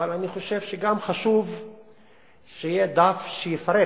אבל אני חושב שגם חשוב שיהיה דף שיפרט